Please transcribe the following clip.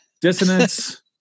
dissonance